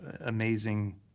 amazing